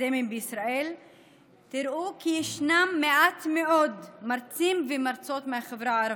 האקדמיים בישראל תראו כי יש מעט מאוד מרצים ומרצות מהחברה הערבית.